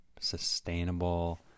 sustainable